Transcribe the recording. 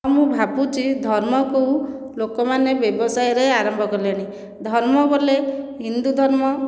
ମୁଁ ଭାବୁଛି ଧର୍ମକୁ ଲୋକମାନେ ବ୍ୟବସାୟରେ ଆରମ୍ଭ କଲେଣି ଧର୍ମ ବୋଇଲେ ହିନ୍ଦୁ ଧର୍ମ